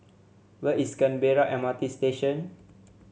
where is Canberra M R T Station